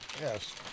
Yes